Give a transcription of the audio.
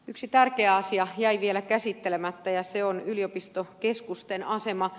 yksi tärkeä asia jäi vielä käsittelemättä ja se on yliopistokeskusten asema